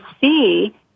see